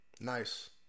Nice